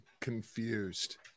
confused